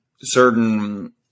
certain